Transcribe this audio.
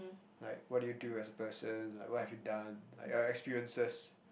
like what do you as a person like what have you done like your experiences